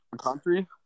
Country